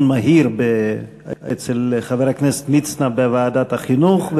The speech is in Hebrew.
מהיר אצל חבר הכנסת מצנע בוועדת החינוך,